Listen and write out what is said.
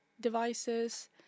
devices